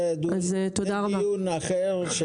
זה דיון אחר.